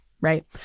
right